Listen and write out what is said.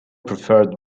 preferred